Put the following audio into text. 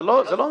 זו לא זכות.